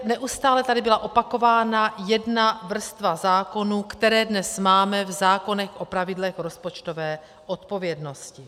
Neustále tady byla opakována jedna vrstva zákonů, které dnes máme v zákonech o pravidlech rozpočtové odpovědnosti.